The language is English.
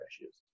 issues